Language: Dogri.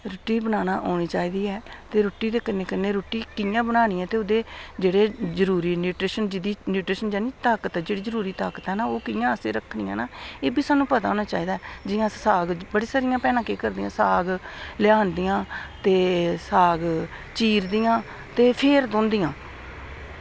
रुट्टी बनाना औनी चाहिदी ऐ ते रुट्टी बनाने दे कन्नै कन्नै ओह् कियां बनानी ऐ जेह्ड़े जरूरी न्यूट्रिशन न ताकत जेह्ड़ी जरूरी ताकत ऐ ना ओह् असें कियां रक्खनी ऐ एह्बी सानूं पता होना चाहिदा ऐ एह् जियां साग बड़ी सारियां भैनां केह् करदियां साग लैआंदियां ते साग चीरदियां ते फिर धोंदियां